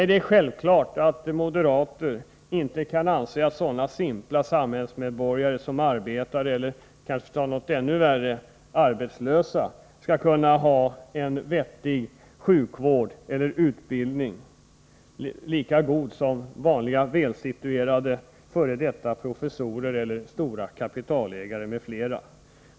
Det är självklart att moderaterna inte kan anse att sådana simpla samhällsmedborgare som arbetar eller, för att ta något ännu värre, är arbetslösa skall kunna ha en vettig sjukvård eller en utbildning lika god som vanliga välsituerade f. d. professorer eller ägarna till storkapitalet.